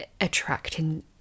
attracting